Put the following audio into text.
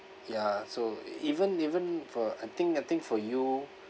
ya so even even for I think I think for you